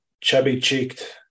chubby-cheeked